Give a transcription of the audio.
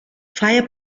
fire